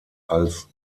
als